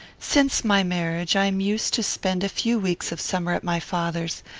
since my marriage, i am used to spend a few weeks of summer at my father's,